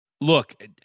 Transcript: Look